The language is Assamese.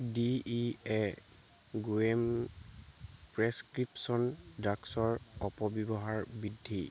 ডি ই এ গুৱেম প্ৰেছক্ৰিপচন ড্ৰাগছৰ অপব্যৱহাৰ বৃদ্ধি